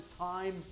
time